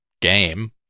game